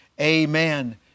amen